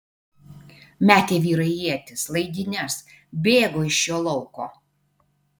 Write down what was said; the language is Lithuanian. metė vyrai ietis laidynes bėgo iš šio lauko